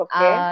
Okay